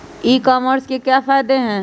ई commerce के क्या फायदे हैं?